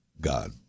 God